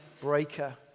breaker